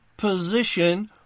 position